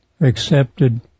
accepted